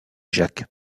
jacques